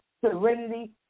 serenity